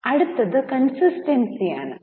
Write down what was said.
അടുത്തത് കോൺസിസ്റ്റൻസി ആണ്